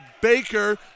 Baker